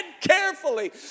carefully